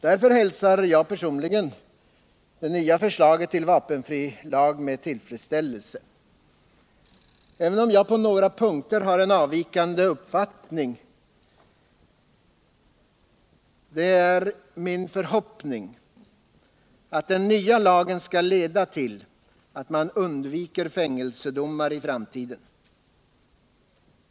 Därför hälsar jag personligen det nya förslaget till vapenfrilag med tillfredsställelse, även om jag på några punkter har en avvikande uppfattning. Det är min förhoppning att den nya lagen skall leda till att man undviker fängelsedomar i framtiden.